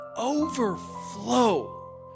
overflow